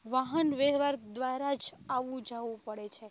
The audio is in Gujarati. વાહન વ્યહવાર દ્વારા જ આવવું જવું પડે છે